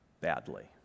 badly